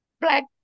black